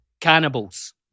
cannibals